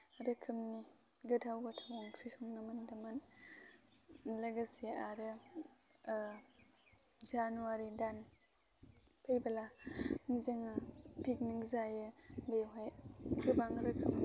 रोखोमनि गोथाव गोथाव ओंख्रि संनो मोन्दोंमोन लोगोसे आरो जानुवारि दान फैबोला जोङो पिकनिक जायो बेवहाय गोबां रोखोमनि